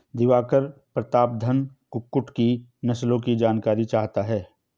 दिवाकर प्रतापधन कुक्कुट की नस्लों की जानकारी चाहता है